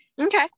okay